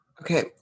Okay